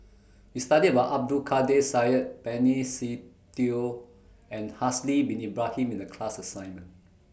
We studied about Abdul Kadir Syed Benny Se Teo and Haslir Bin Ibrahim in The class assignment